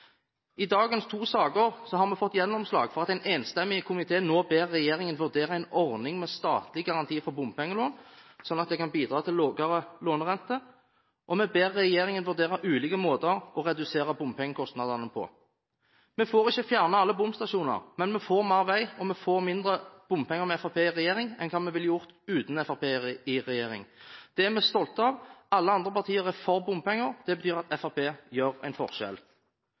to sakene vi behandler nå, har vi fått gjennomslag for at en enstemmig komité nå ber regjeringen vurdere en ordning med statlig garanti for bompengelån, sånn at det kan bidra til lavere lånerente, og vi ber regjeringen vurdere ulike måter å redusere bompengekostnadene på. Vi får ikke fjernet alle bomstasjoner, men vi får mer vei og mindre bompenger med Fremskrittspartiet i regjering enn hva vi ville ha gjort uten Fremskrittspartiet i regjering. Det er vi stolte av. Alle andre partier er for bompenger – det betyr at Fremskrittspartiet gjør en forskjell.